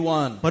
one